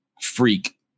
freak